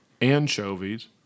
Anchovies